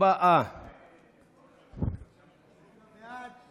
להצבעה על הצעה שמספרה 3275,